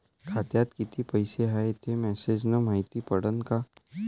खात्यात किती पैसा हाय ते मेसेज न मायती पडन का?